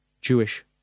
Jewish